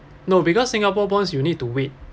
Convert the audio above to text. no because singapore bonds you need to wait